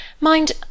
Mind